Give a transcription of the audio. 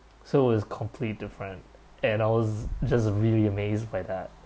so it was complete different and I was just really amazed by that